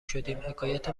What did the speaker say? شدیم؟ حکایت